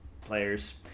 players